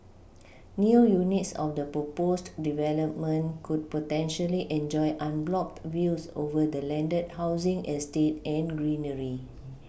new units of the proposed development could potentially enjoy unblocked views over the landed housing estate and greenery